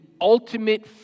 ultimate